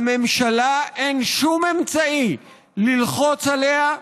לממשלה, אין שום אמצעי ללחוץ עליה,